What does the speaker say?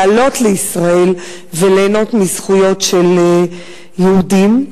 לעלות לישראל וליהנות מזכויות של יהודים?